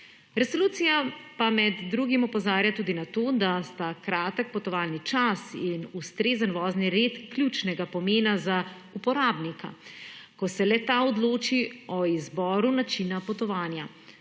Resolucija pa med drugim opozarja tudi na to, da sta kratek potovalni čas in ustrezen vozni red ključnega pomena za uporabnika, ko se le-ta odloči o izboru načina potovanja.